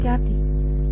ವಿದ್ಯಾರ್ಥಿ 0